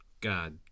God